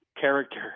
character